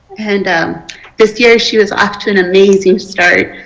and um this year she is off to an amazing start.